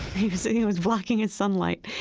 he's blocking his sunlight.